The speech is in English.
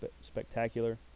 spectacular